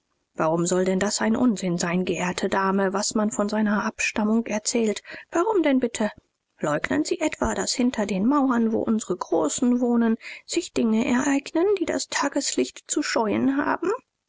warum soll denn das ein unsinn sein geehrte dame was man von seiner abstammung erzählt warum denn bitte leugnen sie etwa daß hinter den mauern wo unsre großen wohnen sich dinge ereignen die das tageslicht zu scheuen haben